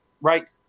right